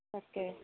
okay